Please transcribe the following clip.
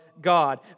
God